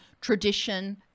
tradition